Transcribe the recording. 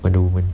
wonder woman